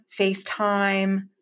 FaceTime